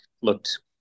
looked